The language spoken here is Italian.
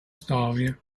storia